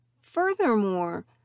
furthermore